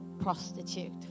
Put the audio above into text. prostitute